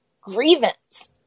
grievance